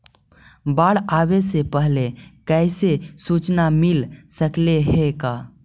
बाढ़ आवे से पहले कैसहु सुचना मिल सकले हे का?